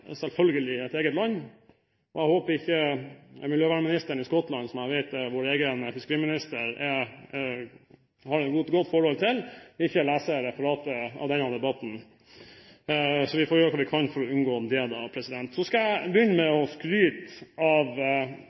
selvfølgelig et eget land. Jeg håper miljøvernministeren i Skottland, som jeg vet vår egen fiskeriminister har et godt forhold til, ikke leser referatet av denne debatten. Vi får gjøre det vi kan for å unngå det. Jeg skal begynne med å skryte av